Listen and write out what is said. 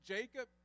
Jacob